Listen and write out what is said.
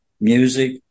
Music